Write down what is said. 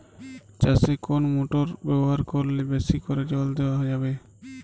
চাষে কোন মোটর ব্যবহার করলে বেশী করে জল দেওয়া যাবে?